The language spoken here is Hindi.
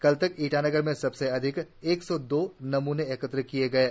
कल तक ईटानगर से सबसे अधिक एक सौ दो नमूने एकत्र किए गए हैं